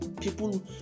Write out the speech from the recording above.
People